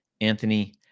Anthony